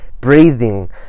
breathing